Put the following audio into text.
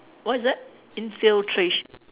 what is that infiltra~